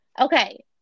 Okay